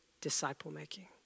disciple-making